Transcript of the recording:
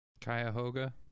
Cuyahoga